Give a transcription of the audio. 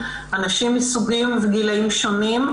אנשים מסוגים וגילאים שונים,